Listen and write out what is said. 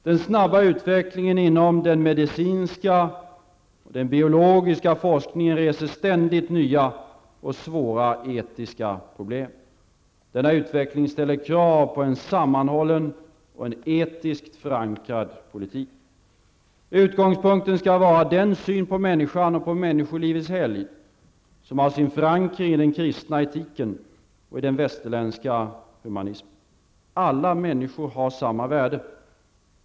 Den snabba utvecklingen inom den medicinska och biologiska forskningen reser ständigt nya och svåra etiska problem. Denna utveckling ställer krav på en sammanhållen och en etiskt förankrad politik. Utgångspunkten skall vara den syn på människan och på människolivets helgd som har sin förankring i den kristna etiken och i den västerländska humanismen. Alla människor har samma värde.